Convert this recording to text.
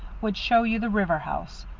would show you the river house,